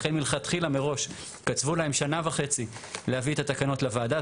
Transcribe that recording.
לכן מלכתחילה מראש קצבו להם שנה וחצי להביא את התקנות לוועדה.